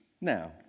Now